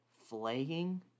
Flagging